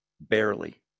barely